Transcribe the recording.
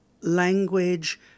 language